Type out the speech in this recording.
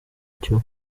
cyo